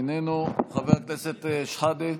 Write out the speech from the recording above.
איננו, חבר הכנסת שחאדה,